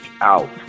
out